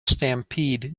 stampede